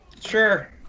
Sure